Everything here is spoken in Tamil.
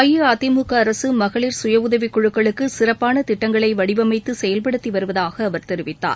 அஇஅதிமுக அரசு மகளிர் சுயஉதவிக் குழுக்களுக்கு சிறப்பான திட்டங்களை வடிவமைத்து செயல்படுத்தி வருவதாக அவர் தெரிவித்தார்